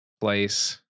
place